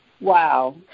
wow